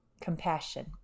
compassion